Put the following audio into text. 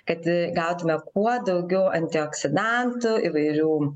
kad gautume kuo daugiau antioksidantų įvairių